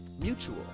mutual